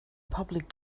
public